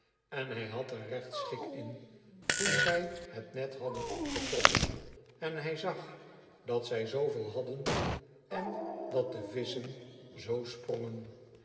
en hij had er regt schik in toen zij het net hadden opgetrokken en hij zag dat zij zooveel hadden en dat de visschen zoo sprongen